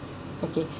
okay